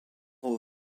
aux